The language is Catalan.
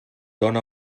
dóna